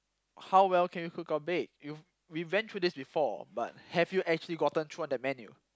how well can you cook or bake you we went through this before but have you actually gotten thrown the menu